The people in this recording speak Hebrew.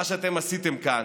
מה שאתם עשיתם כאן,